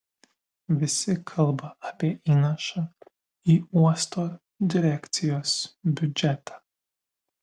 visi kalba apie įnašą į uosto direkcijos biudžetą